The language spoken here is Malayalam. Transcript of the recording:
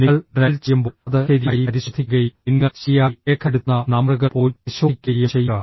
നിങ്ങൾ ഡയൽ ചെയ്യുമ്പോൾ അത് ശരിയായി പരിശോധിക്കുകയും നിങ്ങൾ ശരിയായി രേഖപ്പെടുത്തുന്ന നമ്പറുകൾ പോലും പരിശോധിക്കുകയും ചെയ്യുക